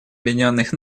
объединенных